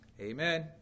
Amen